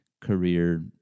Career